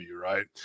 right